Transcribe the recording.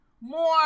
more